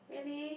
really